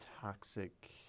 toxic